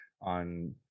on